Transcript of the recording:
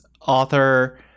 author